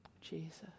Jesus